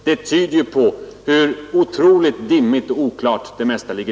Det tyder ju på hur otroligt dimmigt och oklart det mesta är.